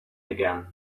again